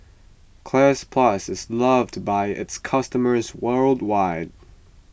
Cleanz Plus is loved by its customers worldwide